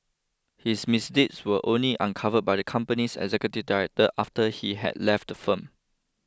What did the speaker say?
his misdeeds were only uncovered by the company's executive director after he had left the firm